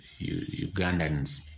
Ugandans